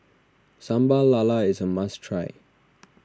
Sambal Lala is a must try